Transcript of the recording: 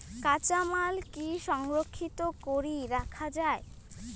কাঁচামাল কি সংরক্ষিত করি রাখা যায়?